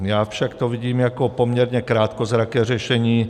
Já však to vidím jako poměrně krátkozraké řešení.